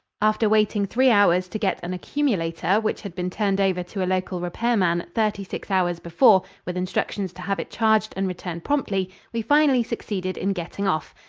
after waiting three hours to get an accumulator which had been turned over to a local repair man thirty-six hours before with instructions to have it charged and returned promptly, we finally succeeded in getting off.